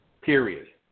period